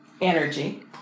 energy